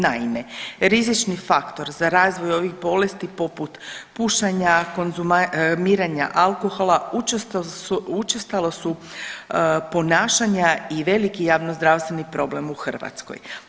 Naime, rizični faktor za razvoj ovih bolesti poput pušenja, konzumiranja alkohola, učestalo su ponašanja i veliki javnozdravstveni problem u Hrvatskoj.